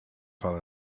fell